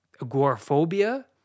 agoraphobia